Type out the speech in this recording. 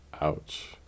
Ouch